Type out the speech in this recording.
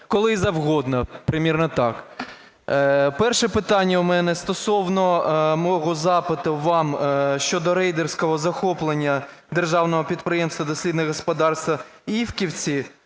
коли завгодно, примірно так. Перше питання у мене стосовно мого запиту вам щодо рейдерського захоплення державного підприємства "Дослідне господарство "Івківці",